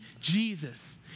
Jesus